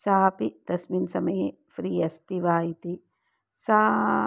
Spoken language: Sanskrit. सा अपि तस्मिन् समये फ़्री अस्ति वा इति सा